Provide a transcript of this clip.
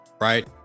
right